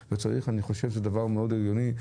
אז אני חושב שזה דבר מאוד הגיוני.